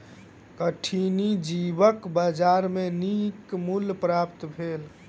कठिनी जीवक बजार में नीक मूल्य प्राप्त भेल